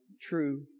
true